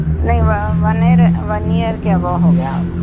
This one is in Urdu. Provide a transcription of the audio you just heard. نہیں ون ائیر ون ائیر کے ابو ہو گیا